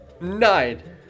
Nine